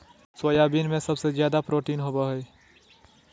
soybean में सबसे ज़्यादा प्रोटीन होबा हइ